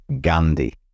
Gandhi